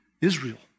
Israel